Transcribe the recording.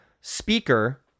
speaker